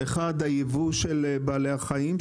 אחד היבוא של בעלי החיים,